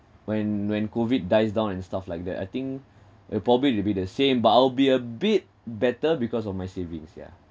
when when COVID dies down and stuff like that I think it probably will be the same but I'll be a bit better because of my savings yeah